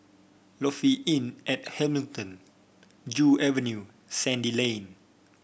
Lofi Inn at Hamilton Joo Avenue Sandy Lane